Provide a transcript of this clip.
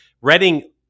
Reading